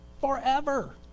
Forever